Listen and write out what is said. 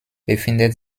befindet